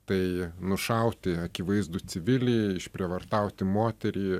tai nušauti akivaizdų civilį išprievartauti moterį